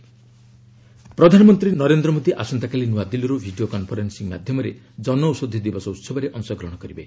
PM Jan Aushadhi ପ୍ରଧାନମନ୍ତ୍ରୀ ନରେନ୍ଦ୍ର ମୋଦୀ ଆସନ୍ତାକାଲି ନୂଆଦିଲ୍ଲୀରୁ ଭିଡ଼ିଓ କନ୍ଫରେନ୍ସିଂ ମାଧ୍ୟମରେ ଜନଔଷଧୀ ଦିବସ ଉତ୍ସବରେ ଅଂଶଗ୍ରହଣ କରିବେ